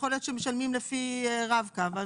ויכול להיות שמשלמים לפי רב קו.